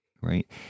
Right